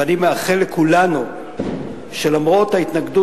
ואני מאחל לכולנו שלמרות ההתנגדות,